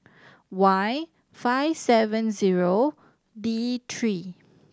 Y five seven zero D three